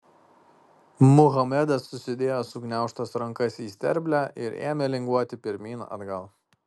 muhamedas susidėjo sugniaužtas rankas į sterblę ir ėmė linguoti pirmyn atgal